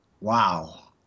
Wow